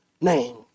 name